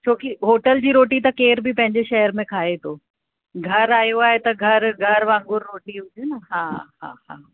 छो कि होटल जी रोटी त केर बि पंहिंजे शहर में खाए थो घर आयो आहे त घर घर वांगुर रोटी हुजे न हा हा हा